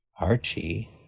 Archie